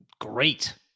great